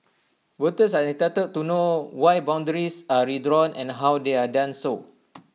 voters are entitled to know why boundaries are redrawn and how they are done so